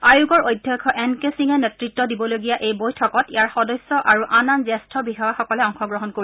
আয়োগৰ অধ্যক্ষ N K সিঙে নেড়ত্ব দিবলগীয়া এই বৈঠকত ইয়াৰ সদস্য আৰু আন আন জ্যেষ্ঠ বিষয়ালসকলে অংশগ্ৰহণ কৰিব